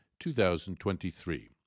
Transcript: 2023